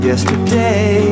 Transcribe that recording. Yesterday